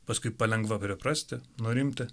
paskui palengva priprasti nurimti